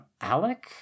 Alec